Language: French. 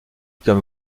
comme